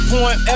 Point